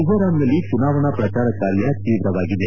ಮಿಂಜೋರಾಂನಲ್ಲಿ ಚುನಾವಣಾ ಪ್ರಚಾರ ಕಾರ್ಯ ತೀವ್ರವಾಗಿದೆ